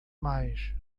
mais